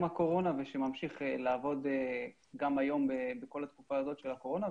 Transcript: הקורונה ושממשיך לעבוד גם היום בכל התקופה הזאת של הקורונה,